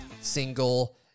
single